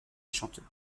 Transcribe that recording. chanteurs